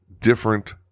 different